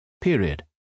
period